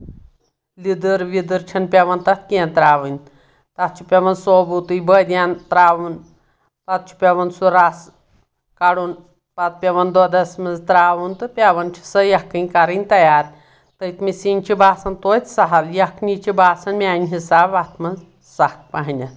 لیدٕر ویدٕر چھےٚ نہٕ پؠوان تَتھ کینٛہہ ترٛاوٕنۍ تَتھ چھُ پؠوَان سوبوٗتُے بٔدیان ترٛاوُن پَتہٕ چھُ پؠوَان سُہ رَس کَڑُن پَتہٕ پؠوَان دۄدَس منٛز ترٛاوُن تہٕ پؠوان چھُ سۄ یکھٕنۍ کَرٕنۍ تیار تٔتۍ سِنۍ چھِ باسان توتہِ سہل یکھٕنی چھِ باسان میانہِ حِساب اَتھ منٛز سخ پَہنتھ